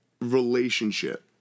relationship